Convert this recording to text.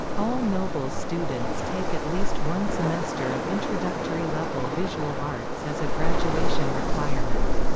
all nobles students take at least one semester of introductory-level visual arts as a graduation requirement.